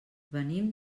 venim